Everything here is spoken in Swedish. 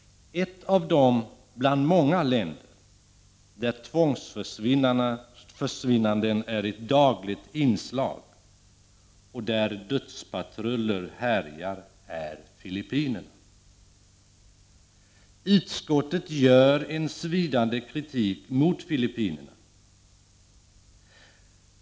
Ett av de många länder där tvångsförsvinnanden är ett dagligt inslag och dödspatruller härjar är Filippinerna. Utskottet kommer med en svidande kritik mot Filippinerna.